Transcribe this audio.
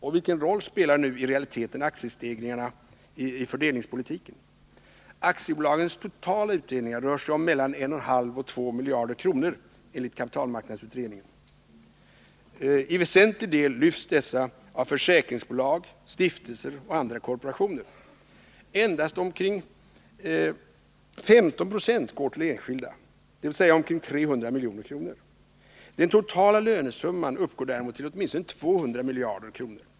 Och vilken roll spelar nu i realiteten aktiestegringarna i fördelningspoli tiken? Aktiebolagens totala utdelningar rör sig om mellan 1,5 och 2 miljarder kronor enligt kapitalmarknadsutredningen. I väsentlig del lyfts dessa av försäkringsbolag, stiftelser och andra korporationer. Till enskilda går endast omkring 15 26, dvs. omkring 300 miljoner. Den totala lönesumman uppgår däremot till åtminstone 200 miljarder.